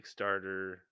Kickstarter